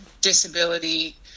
disability